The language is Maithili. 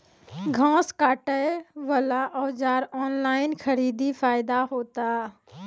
घास काटे बला औजार ऑनलाइन खरीदी फायदा होता?